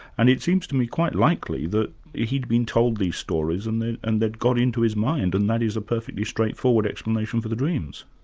and it seems to me quite likely that he'd been told these stories and they'd and got into his mind, and that is a perfectly straightforward explanation for the dreams.